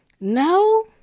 No